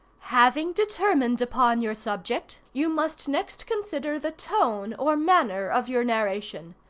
having determined upon your subject, you must next consider the tone, or manner, of your narration.